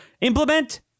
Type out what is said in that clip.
implement